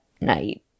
night